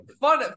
fun